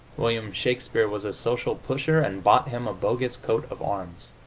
william shakespeare was a social pusher and bought him a bogus coat-of-arms.